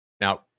Now